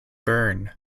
bern